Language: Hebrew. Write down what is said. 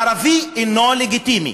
הערבי אינו לגיטימי.